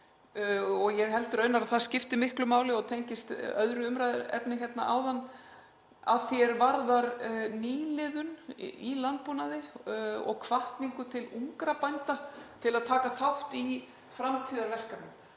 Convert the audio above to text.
Ég held raunar að það skipti miklu máli, sem tengist öðru umræðuefni hér áðan, að því er varðar nýliðun í landbúnaði og hvatningu til ungra bænda til að taka þátt í framtíðarverkefnum.